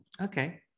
Okay